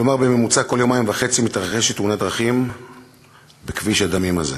כלומר בממוצע כל יומיים וחצי מתרחשת תאונת דרכים בכביש הדמים הזה.